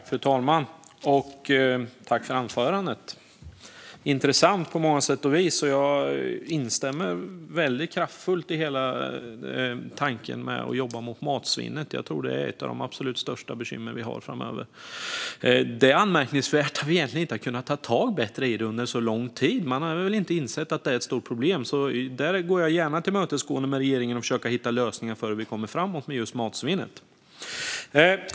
Fru talman! Jag vill tacka Maria Gardfjell för anförandet. Det var intressant på många sätt. Jag instämmer kraftfullt i tanken om att jobba mot matsvinnet. Jag tror att det är ett av de absolut största bekymren vi kommer att ha framöver. Det är egentligen anmärkningsvärt att vi under så lång tid inte har kunnat ta tag i det på ett bättre sätt. Man har väl inte insett att det är ett stort problem. Jag går gärna regeringen till mötes för att försöka hitta lösningar för att komma framåt när det gäller just matsvinnet.